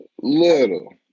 little